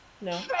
no